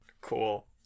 Cool